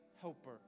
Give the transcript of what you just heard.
helper